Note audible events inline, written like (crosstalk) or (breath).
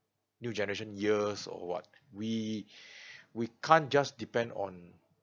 new generation years or what we (breath) we can't just depend on